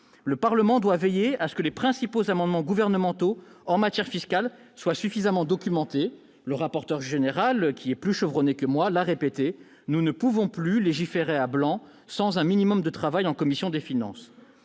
Le Parlement doit veiller à ce que les principaux amendements gouvernementaux en matière fiscale soient suffisamment documentés. Le rapporteur général, qui est plus chevronné que moi, l'a répété : nous ne pouvons plus légiférer à blanc, sans un minimum de travail en commission des finances.